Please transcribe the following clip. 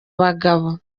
bagabo